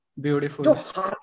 Beautiful